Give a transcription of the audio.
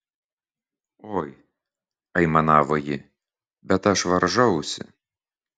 oi aimanavo ji bet aš varžausi